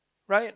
right